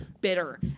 bitter